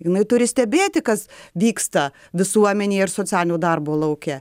jinai turi stebėti kas vyksta visuomenėje ir socialinio darbo lauke